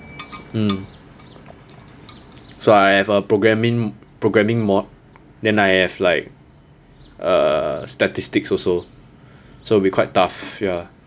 mm so I have a programming programming mod then I have like uh statistics also so will be quite tough ya